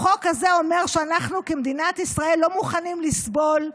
החוק הזה אומר שאנחנו כמדינת ישראל לא מוכנים לסבול,